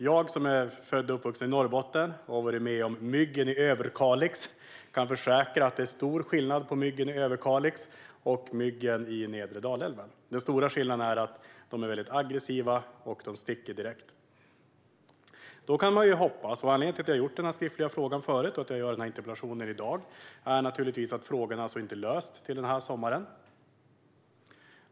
Jag som är född och uppvuxen i Norrbotten och har varit med om myggen i Överkalix kan försäkra att det är stor skillnad mellan myggen i Överkalix och myggen vid nedre Dalälven. Den stora skillnaden är att myggen vid nedre Dalälven är mycket aggressiva och sticker direkt. Anledningen till min tidigare skriftliga fråga och denna interpellation är naturligtvis att frågan inte är löst inför denna sommar.